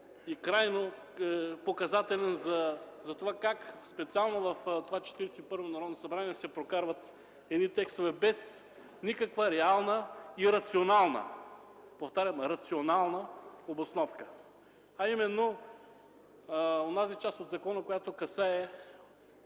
и крайно показателен за това как специално в това Четиридесет и първо Народно събрание се прокарват текстове без никаква реална и рационална, повтарям, рационална обосновка – онази част от закона, която касае